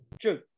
True